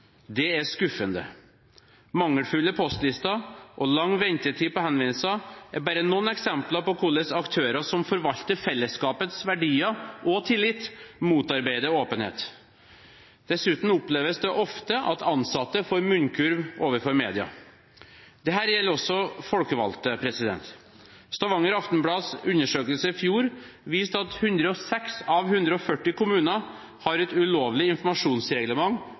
Det er skuffende. Mangelfulle postlister og lang ventetid på henvendelser er bare noen eksempler på hvordan aktører som forvalter fellesskapets verdier og tillit, motarbeider åpenhet. Dessuten oppleves det ofte at ansatte får munnkurv overfor media. Dette gjelder også folkevalgte. Stavanger Aftenblads undersøkelse i fjor viste at 106 av 140 kommuner har et ulovlig informasjonsreglement